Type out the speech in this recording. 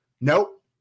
Nope